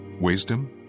wisdom